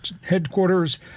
headquarters